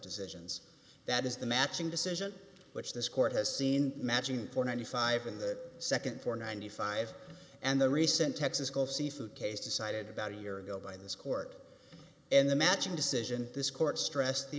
decisions that is the matching decision which this court has seen matching for ninety five and the nd for ninety five and the recent texas gulf seafood case decided about a year ago by this court and the matching decision this court stressed the